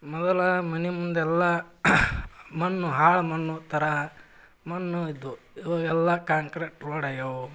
ಮೊದ್ಲು ಮನೆ ಮುಂದೆಲ್ಲ ಮಣ್ಣು ಹಾಳು ಮಣ್ಣು ಥರ ಮಣ್ಣು ಇದ್ದವು ಇವಾಗೆಲ್ಲ ಕಾಂಕ್ರೀಟ್ ರೋಡ್ ಆಗ್ಯವೆ